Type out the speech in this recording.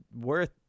worth